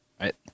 right